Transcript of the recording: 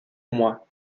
moi